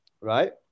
right